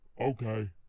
Okay